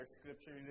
scripture